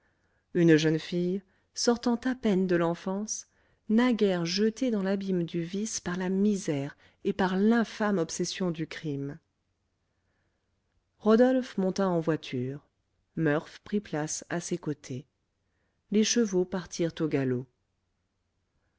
une jeune fille sortant à peine de l'enfance naguère jetée dans l'abîme du vice par la misère et par l'infâme obsession du crime rodolphe monta en voiture murph prit place à ses côtés les chevaux partirent au galop